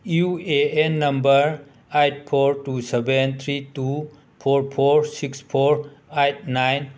U A N number eight four two seven three two four four six four eight nine